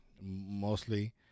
mostly